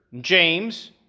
James